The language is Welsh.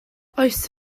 oes